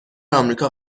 آمریکا